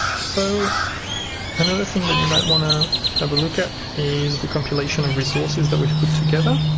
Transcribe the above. so another thing that you might want to have a look at is the compilation of resources that we've put together,